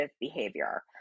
behavior